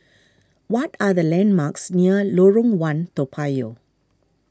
what are the landmarks near Lorong one Toa Payoh